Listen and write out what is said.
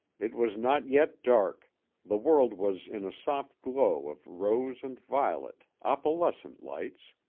it was not yet dark the world was in a soft glow of rose and violet, opalescent lights.